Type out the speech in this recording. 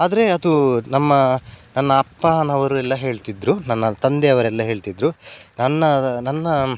ಆದರೆ ಅದು ನಮ್ಮ ನನ್ನ ಅಪ್ಪನವರೆಲ್ಲ ಹೇಳ್ತಿದ್ದರು ನನ್ನ ತಂದೆಯವರೆಲ್ಲ ಹೇಳ್ತಿದ್ದರು ನನ್ನ ನನ್ನ